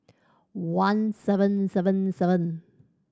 one seven seven seven